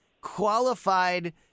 qualified